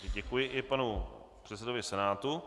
Děkuji panu předsedovi Senátu.